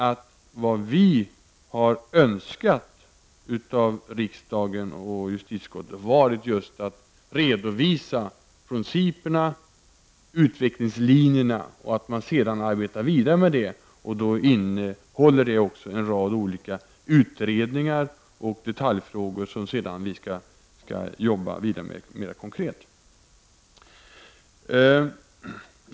Det vi har önskat av justitieutskottet och riksdagen är just en redovisning av principerna och utvecklingslinjerna för att vi senare skall kunna arbeta vidare enligt dessa. Detta innehåller också en rad olika utredningar och detaljfrågor som vi sedan skall jobba vidare med mer konkret.